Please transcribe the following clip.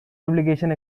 publication